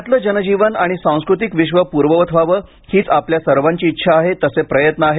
पुण्यातलं जनजीवन आणि सांस्कृतिक विश्व पूर्ववत व्हावं हीच आपल्या सर्वांची इच्छा आहे तसे प्रयत्न आहेत